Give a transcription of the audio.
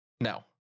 No